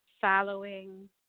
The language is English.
following